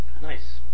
Nice